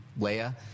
Leia